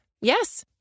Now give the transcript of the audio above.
Yes